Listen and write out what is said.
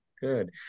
Good